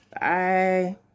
bye